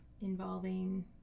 Involving